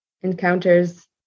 encounters